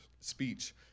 speech